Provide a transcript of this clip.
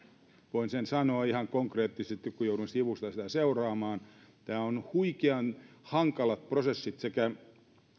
voin sen sanoa ihan konkreettisesti kun joudun sivusta sitä seuraamaan nämä prosessit ovat huikean hankalat sekä